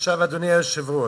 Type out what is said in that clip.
עכשיו, אדוני היושב-ראש,